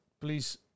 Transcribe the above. please